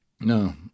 No